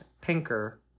Pinker